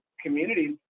communities